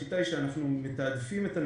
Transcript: השיטה היא שאנחנו מתעדפים את הניידות,